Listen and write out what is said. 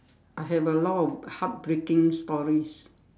I have a lot of heartbreaking stories